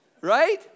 Right